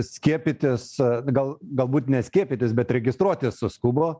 skiepytis gal galbūt ne skiepytis bet registruotis suskubo